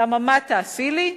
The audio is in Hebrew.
למה, מה תעשי לי?